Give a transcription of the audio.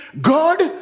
God